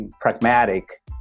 pragmatic